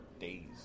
days